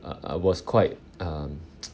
I I was quite um